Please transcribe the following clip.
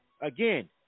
Again